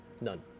None